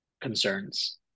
concerns